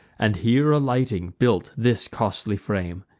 and here alighting, built this costly frame.